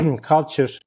culture